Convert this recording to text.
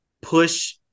push